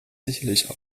sicherlich